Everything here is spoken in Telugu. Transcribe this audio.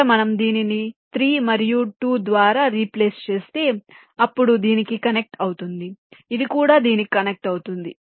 ఇక్కడ మనం దీనిని 3 మరియు 2 ద్వారా రీప్లేస్ చేస్తే అప్పుడు దీనికి కనెక్ట్ అవుతుంది ఇది కూడా దీనికి కనెక్ట్ అవుతుంది